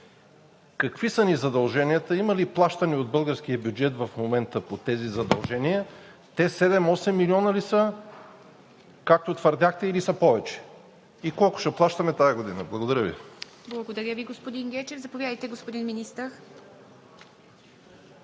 Какви са ни задълженията? Има ли плащане от българския бюджет в момента по тези задължения? Те седем-осем милиона ли са, както твърдяхте, или са повече? Колко ще плащаме тази година? Благодаря Ви. ПРЕДСЕДАТЕЛ ИВА МИТЕВА: Благодаря Ви, господин Гечев. Заповядайте, господин Министър.